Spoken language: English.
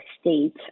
state